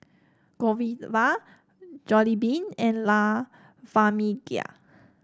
Godiva Jollibean and La Famiglia